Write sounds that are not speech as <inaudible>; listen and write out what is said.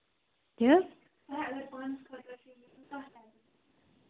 کیٛاہ حظ <unintelligible>